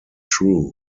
true